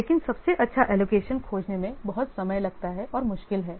लेकिन सबसे अच्छा एलोकेशन खोजने में बहुत समय लगता है और मुश्किल है